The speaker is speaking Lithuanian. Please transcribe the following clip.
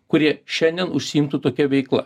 kurie šiandien užsiimtų tokia veikla